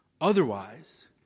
Otherwise